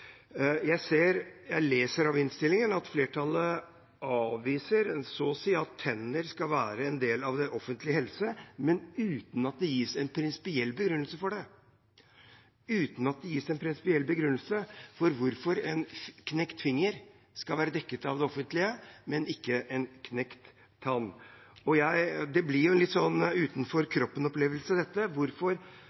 at flertallet avviser – så å si – at tenner skal være en del av den offentlige helse, men uten at det gis en prinsipiell begrunnelse for hvorfor en knekt finger skal være dekket av det offentlige, men ikke en knekt tann. Dette blir en litt utenfor-kroppen-opplevelse: Hvorfor er det slik at en representant for et regjeringsparti ikke definerer tenner som en del av kroppen, og nærmest lager dette